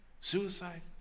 suicide